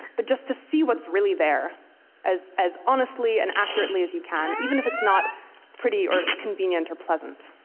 but just to see what's really there as as honestly and accurately as you can, even if it's not pretty or convenient or pleasant.